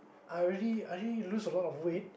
I already I already lose a lot weight